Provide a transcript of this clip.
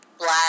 black